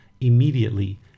immediately